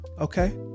Okay